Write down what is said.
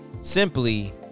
simply